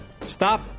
Stop